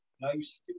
nice